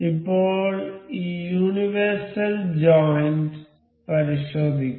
ഇപ്പോൾ ഈ universal joint പരിശോധിക്കും